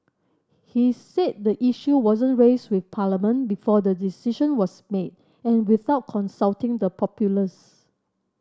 he said the issue wasn't raised with Parliament before the decision was made and without consulting the populace